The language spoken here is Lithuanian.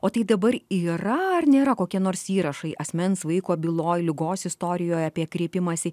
o tai dabar yra ar nėra kokie nors įrašai asmens vaiko byloj ligos istorijoje apie kreipimąsi